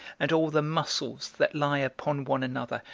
and all the muscles that lie upon one another,